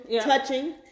Touching